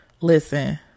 Listen